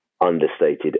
understated